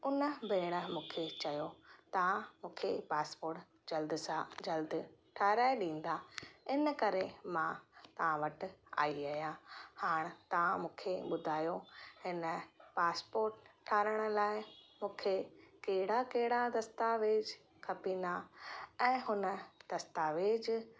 उन भेण मूंखे चयो तव्हां मूंखे पासपोट जल्द सां जल्द ठाराहे ॾींदा इन करे मां तव्हां वटि आई आहियां हाणि तव्हां मूंखे ॿुधायो इन पासपोट ठाराहिण लाइ मूंखे कहिड़ा कहिड़ा दस्तावेज़ खपंदा ऐं हुननि दस्तावेज़